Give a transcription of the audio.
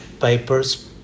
papers